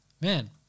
Man